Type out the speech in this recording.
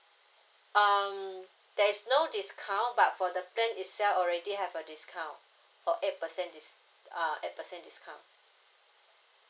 um there is no discount but for the plan itself already have a discount for eight percent dis~ uh eight percent discount